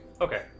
Okay